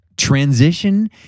transition